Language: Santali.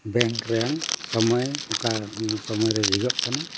ᱵᱮᱝᱠ ᱨᱮᱱ ᱥᱚᱢᱚᱭ ᱚᱠᱟ ᱥᱚᱢᱚᱭ ᱨᱮ ᱡᱷᱤᱡᱚᱜ ᱠᱟᱱᱟ